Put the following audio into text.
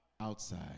outside